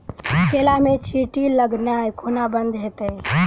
केला मे चींटी लगनाइ कोना बंद हेतइ?